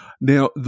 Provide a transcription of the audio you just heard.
Now